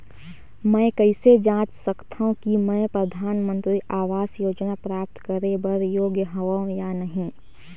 मैं कइसे जांच सकथव कि मैं परधानमंतरी आवास योजना प्राप्त करे बर योग्य हववं या नहीं?